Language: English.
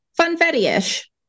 Funfetti-ish